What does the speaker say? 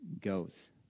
goes